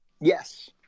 Yes